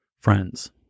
friends